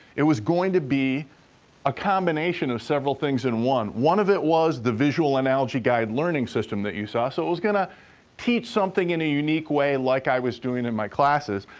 it was going to be a combination of several things in one. one of it was the visual analogy guide learning system that you saw, so it was gonna teach something in a unique way like i was doing in my classes.